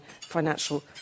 financial